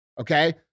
okay